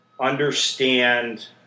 understand